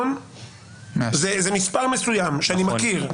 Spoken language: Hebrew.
זה מספר מסוים שאני מכיר.